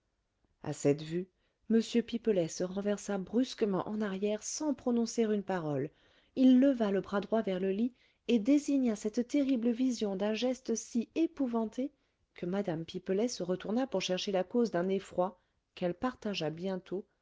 à cette vue m pipelet se renversa brusquement en arrière sans prononcer une parole il leva le bras droit vers le lit et désigna cette terrible vision d'un geste si épouvanté que mme pipelet se retourna pour chercher la cause d'un effroi qu'elle partagea bientôt